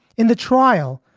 in the trial,